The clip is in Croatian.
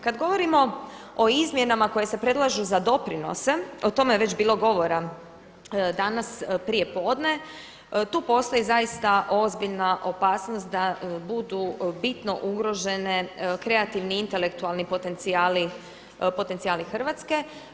Kad govorimo o izmjenama koje se predlažu za doprinose o tome je već bilo govora danas prije podne, tu postoji zaista ozbiljna opasnost da budu bitno ugrožene kreativni i intelektualni potencijali Hrvatske.